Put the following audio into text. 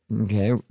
Okay